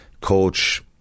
coach